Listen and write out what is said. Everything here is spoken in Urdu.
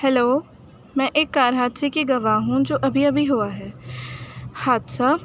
ہیلو میں ایک کار حادثے کی گواہ ہوں جو ابھی ابھی ہوا ہے حادثہ